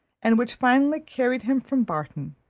and which finally carried him from barton.